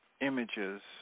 images